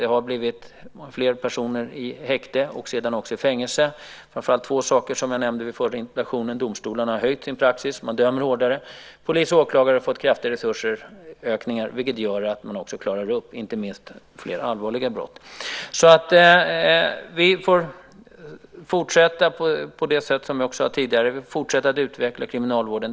Det har blivit fler personer i häkte och också i fängelse. Det beror framför allt på två saker, som jag nämnde i den förra interpellationen. Domstolarna har höjt sin praxis. Man dömer hårdare. Polis och åklagare har dessutom fått kraftiga resursökningar, vilket gör att man klarar upp inte minst fler allvarliga brott. Vi får alltså fortsätta på det sätt som jag sade tidigare. Vi får fortsätta att utveckla kriminalvården.